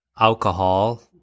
alcohol